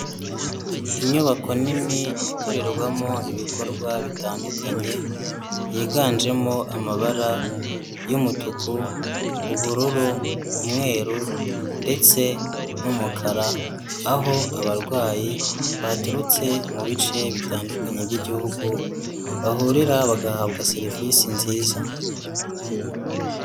Inyubako nini ikorerwamo ibikorwa bitandukanye. Yiganjemo amabara y’ umutuku, ubururu, umweru ndetse n’umukara. Aho abarwayi baturutse mu bice bitandukanye by’igihugu bahurira, bagahabwa serivisi nziza.